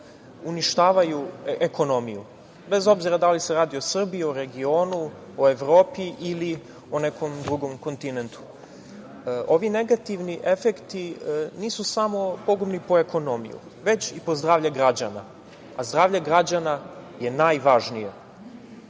uništavaju ekonomiju, bez obzira da li se radi o Srbiji, o regionu, o Evropi ili o nekom drugom kontinentu. Ovi negativni efekti nisu samo pogubni po ekonomiju, već i po zdravlje građana, a zdravlje građana je najvažnije.